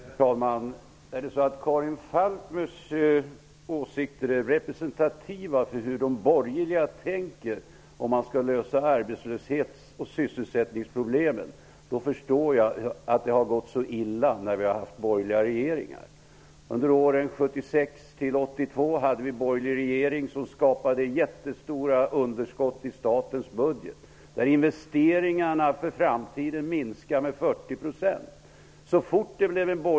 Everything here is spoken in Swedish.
Herr talman! Är det så att Karin Falkmers åsikter är representativa för hur de borgerliga tänker när det gäller att lösa arbetslöshets och sysselsättningsproblemen, då förstår jag att det har gått så illa när vi har haft borgerliga regeringar. Under 1976--1982 hade vi en borgerlig regering som skapade jättestora underskott i statens budget.